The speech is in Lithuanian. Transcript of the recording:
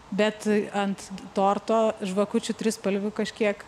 bet ant torto žvakučių trispalvių kažkiek